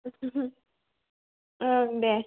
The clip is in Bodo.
ओं दे